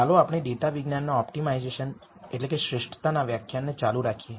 ચાલો આપણે ડેટા વિજ્ઞાનના ઓપ્ટિમાઇઝેશન ના વ્યાખ્યાનને ચાલુ રાખીએ